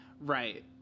Right